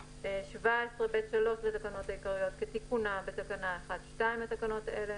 17(ב3) לתקנות העיקריות כתיקונה בתקנה 1(2) לתקנות אלה,